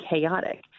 chaotic